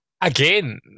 Again